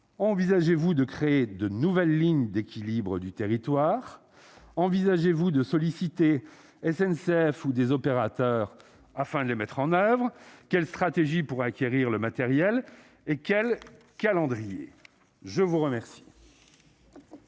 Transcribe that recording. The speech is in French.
envisagez-vous de créer de nouvelles lignes d'équilibre du territoire, envisagez-vous de solliciter SNCF ou des opérateurs afin de les mettre en oeuvre, quelle stratégie pour acquérir le matériel et quel calendrier, je vous remercie.